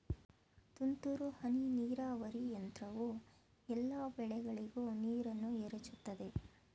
ತುಂತುರು ಹನಿ ನೀರಾವರಿ ಯಂತ್ರವು ಎಲ್ಲಾ ಬೆಳೆಗಳಿಗೂ ನೀರನ್ನ ಎರಚುತದೆ